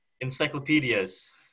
Encyclopedias